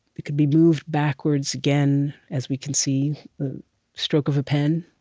it can be moved backwards again, as we can see the stroke of a pen